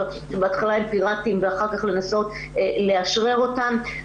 שבהתחלה הם פיראטיים ואחר כך לנסות לאשרר אותם.